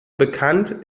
bekannt